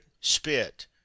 spit